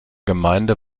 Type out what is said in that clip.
gemeinde